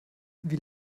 wie